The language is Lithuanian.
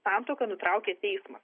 santuoką nutraukia teismas